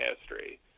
history